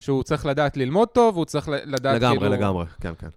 שהוא צריך לדעת ללמוד טוב, הוא צריך לדעת... לגמרי, לגמרי, כן, כן.